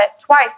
twice